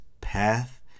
path